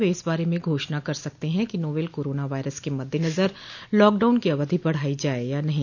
वे इस बारे में घोषणा कर सकते हैं कि नोवेल कोरोना वायरस के मद्देनजर लॉकडाउन की अवधि बढाई जाये या नही